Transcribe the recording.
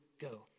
go